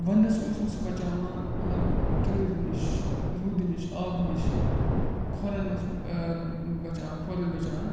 وَندَس اوس مےٚ سُہ بَچاوان مطلب تۭر نِش روٗدٕ نِش آبہٕ نِش کھۄرن اوس بَچاوان کھۄر ٲسۍ بَچاوان